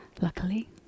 luckily